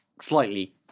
slightly